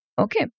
Okay